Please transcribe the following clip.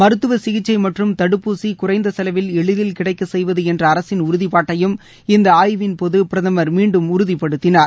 மருத்துவ சிகிச்சை மற்றும் தடுப்பூசி குறைந்த செலவில் எளிதில் கிடைக்க செய்வது என்ற அரசின் உறுதிபாட்டியைும் இந்த ஆய்வின் போது பிரதமர் மீண்டும் உறுதிபடுத்தினார்